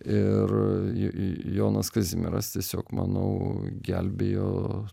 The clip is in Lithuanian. ir jonas kazimieras tiesiog manau gelbėjo